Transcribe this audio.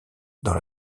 dans